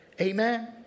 Amen